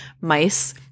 mice